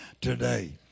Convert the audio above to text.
today